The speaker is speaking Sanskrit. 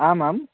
आम् आम्